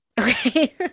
Okay